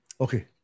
Okay